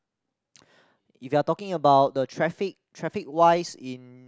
if you're talking about the traffic traffic wise in